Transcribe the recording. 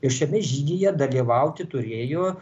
ir šiame žygyje dalyvauti turėjo